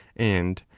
and,